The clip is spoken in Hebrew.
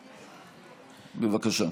בבקשה.